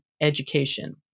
education